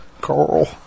Carl